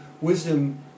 wisdom